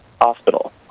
Hospital